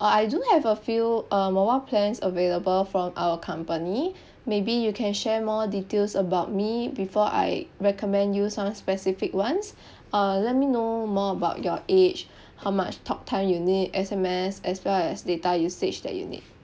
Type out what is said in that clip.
uh I do have a few uh mobile plans available from our company maybe you can share more details about me before I recommend you some specific ones uh let me know more about your age how much talktime you need S_M_S as well as data usage that you need